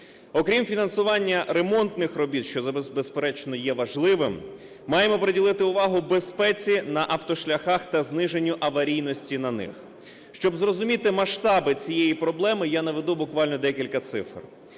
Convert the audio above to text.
Окрім фінансування ремонтних робіт, що безперечно є важливим, маємо приділити увагу безпеці на автошляхах та зниженню аварійності на них. Щоб зрозуміти масштаби цієї проблеми, я наведу буквально декілька цифр.